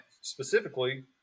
specifically